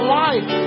life